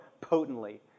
potently